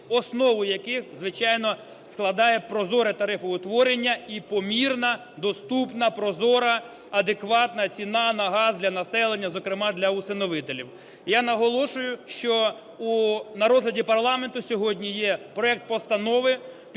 основу яких, звичайно, складає прозоре тарифоутворення і помірна, доступна, прозора, адекватна ціна на газ для населення, зокрема для усиновителів. Я наголошую, що на розгляді парламенту сьогодні є проект постанови,